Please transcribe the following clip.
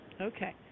Okay